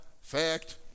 fact